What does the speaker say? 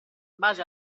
base